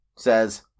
Says